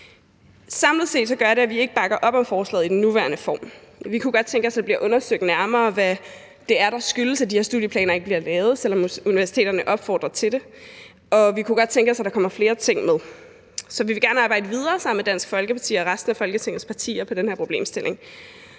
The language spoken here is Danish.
Samlet set gør det, at vi ikke bakker op om forslaget i sin nuværende form. Vi kunne godt tænke os, at det blev undersøgt nærmere, hvad det skyldes, at de studiepladser ikke bliver lavet, selv om universiteterne opfordrer til det – og vi kunne godt tænke os, at der kom flere ting med. Så vi vil gerne arbejde videre sammen med Dansk Folkeparti og resten af Folketingets partier i forhold til den her problemstilling.